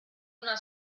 una